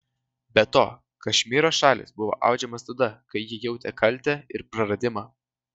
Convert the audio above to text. be to kašmyro šalis buvo audžiamas tada kai ji jautė kaltę ir praradimą